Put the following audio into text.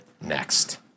next